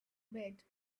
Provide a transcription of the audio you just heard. bed